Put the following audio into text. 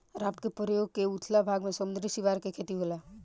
raft के प्रयोग क के उथला भाग में समुंद्री सिवार के खेती होला